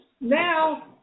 Now